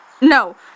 No